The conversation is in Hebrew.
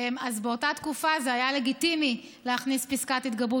אז באותה תקופה זה היה לגיטימי להכניס פסקת התגברות